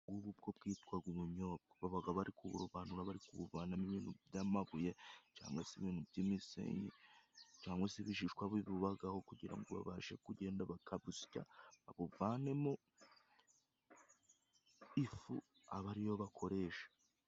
Ubu bwo bwitwaga ubunyobwa. Babaga bari kuburobanura bari kubuvanamo ibintu by'amabuye, cyangwa se ibintu by'imisenyi, cyangwa se ibishishwa bibubagaho, kugira ngo babashe kugenda bakabusya babuvanemo ifu, aba ariyo bakoresha.